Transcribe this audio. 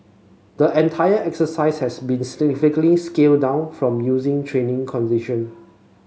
the entire exercise has been significantly scaled down from using training condition